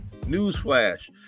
Newsflash